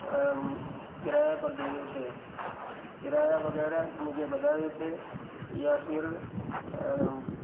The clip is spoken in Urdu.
کرایہ پر دے دیتے کرایہ وغیرہ مجھے بتا دیتے یا پھر